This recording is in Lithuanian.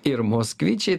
ir moskvičiai